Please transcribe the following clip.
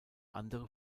andere